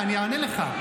אני אענה לך.